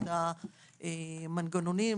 את המנגנונים,